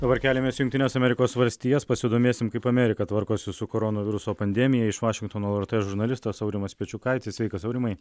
dabar keliamės į jungtines amerikos valstijas pasidomėsim kaip amerika tvarkosi su koronaviruso pandemija iš vašingtono lrt žurnalistas aurimas pečiukaitis sveikas aurimai